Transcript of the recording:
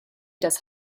das